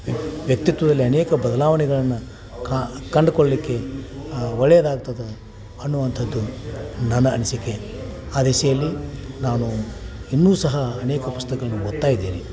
ವ್ಯಕ್ತಿತ್ವದಲ್ಲಿ ಅನೇಕ ಬದಲಾವಣೆಗಳನ್ನು ಕಂಡುಕೊಳ್ಲಿಕ್ಕೆ ಒಳ್ಳೆಯದಾಗ್ತದೆ ಅನ್ನುವಂಥದ್ದು ನನ್ನ ಅನಿಸಿಕೆ ಆ ದೆಸೆಯಲ್ಲಿ ನಾನು ಇನ್ನೂ ಸಹ ಅನೇಕ ಪುಸ್ತಕಗಳ್ನ ಓದ್ತಾ ಇದೇನೆ